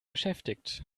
beschäftigt